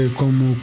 como